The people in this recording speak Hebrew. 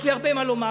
יש לי הרבה מה לומר,